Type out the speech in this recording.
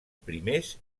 primers